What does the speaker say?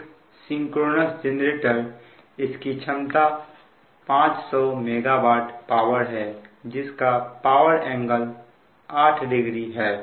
एक synchronous generator इसकी क्षमता 500 MW पावर है जिसका पावर एंगल 80 है